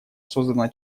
создана